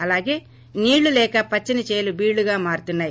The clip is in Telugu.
అలాగే నీళ్ళు లేక పచ్చని చేలు బీళ్లుగా మారుతున్నాయి